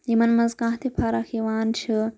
یِمَن مَنٛز کانٛہہ تہِ فرَق یِوان چھِ